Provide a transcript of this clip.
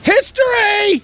History